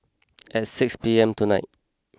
at six P M tonight